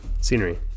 scenery